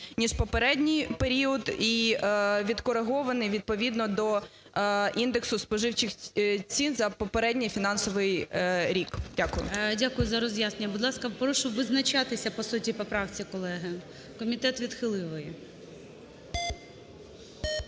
ніж в попередній період, і відкоригований відповідно до індексу споживчих цін за попередній фінансовий рік. Дякую. ГОЛОВУЮЧИЙ. Дякую за роз'яснення. Будь ласка, прошу визначатися по суті поправки, колеги, комітет відхилив її.